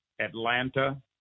Atlanta